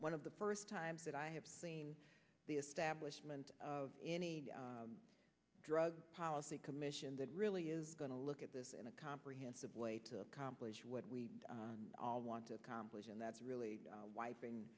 one of the first times that i have seen the establishment of any drug policy commission that really is going to look at this in a comprehensive way to accomplish what we all want to accomplish and that's really